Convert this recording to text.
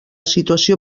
situació